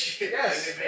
Yes